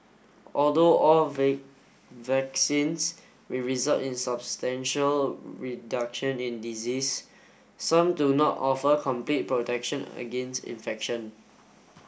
although all vaccines may result in substantial reduction in disease some do not offer complete protection against infection